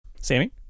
sammy